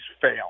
fail